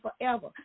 forever